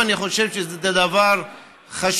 ואני חושב שזה דבר חשוב,